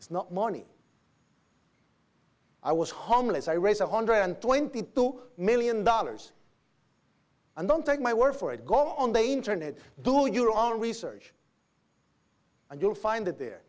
not money i was homeless i raise a hundred and twenty two million dollars and don't take my word for it go on the internet do your own research and you'll find that there